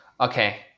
Okay